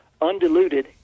undiluted